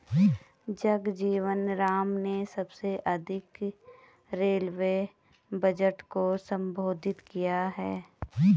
जगजीवन राम ने सबसे अधिक रेलवे बजट को संबोधित किया है